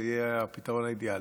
זה יהיה הפתרון האידיאלי.